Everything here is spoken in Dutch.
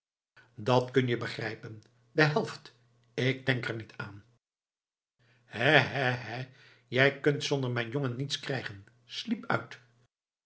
dat kun je begrijpen de helft ik denk er niet aan hè hè hè jij kunt zonder mijn jongen niets krijgen sliep uit